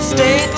Stay